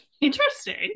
interesting